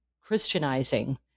Christianizing